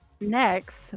Next